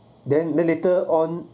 then then later on